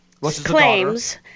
claims